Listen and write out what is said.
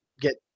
get